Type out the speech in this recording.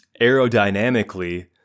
Aerodynamically